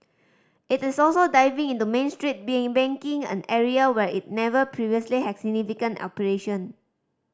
it is also diving into Main Street being banking an area where it never previously had significant operation